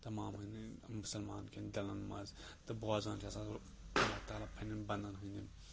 تَمام مُسلمان کٮ۪ن دِلَن منٛز تہٕ بوزان چھِ آسان اللہ تعالیٰ پنٛنٮ۪ن بنٛدَن ہٕنٛدٮ۪ن